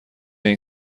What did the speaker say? این